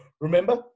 Remember